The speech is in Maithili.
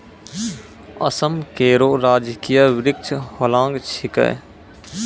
असम केरो राजकीय वृक्ष होलांग छिकै